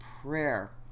prayer